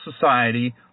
society